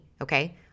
okay